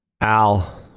Al